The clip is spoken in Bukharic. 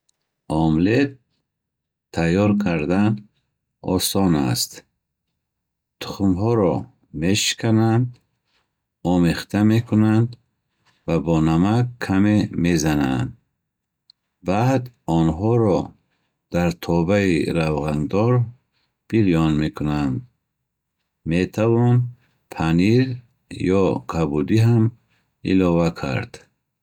Омлет тайёр кардан осон аст. Тухмҳоро мешикананд, омехта мекунанд ва бо намак каме мезананд. Баъд онро дар тобаи равғандор бирён мекунанд. Метавон панир ё кабудӣ ҳам илова кард.